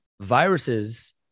viruses